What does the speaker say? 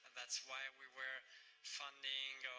that's why we were funding,